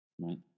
right